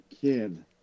kid